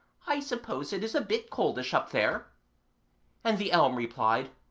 i suppose it is a bit coldish up there and the elm replied,